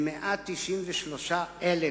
כ-193,000